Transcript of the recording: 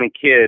kid